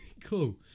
Cool